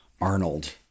Arnold